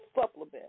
supplement